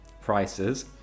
prices